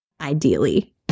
ideally